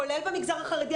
כולל במגזר החרדי,